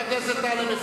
רק הליכוד יכול לה.